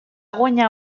guanyar